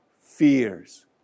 fears